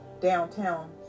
downtown